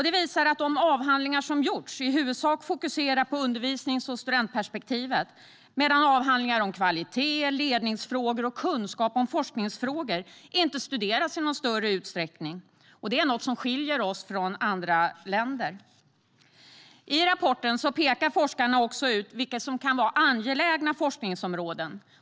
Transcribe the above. Den visar att de avhandlingar som gjorts i huvudsak fokuserar på undervisnings och studentperspektivet, medan avhandlingar om kvalitet, ledningsfrågor och kunskap om forskningsfrågor inte studeras i någon större utsträckning. Det är något som skiljer oss från andra länder. I rapporten pekar forskarna också ut angelägna forskningsområden.